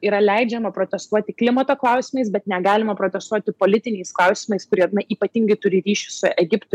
yra leidžiama protestuoti klimato klausimais bet negalima protestuoti politiniais klausimais kurie na ypatingai turi ryšį su egiptu